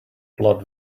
blood